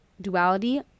duality